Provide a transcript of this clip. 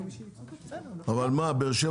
נכון.